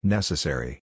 Necessary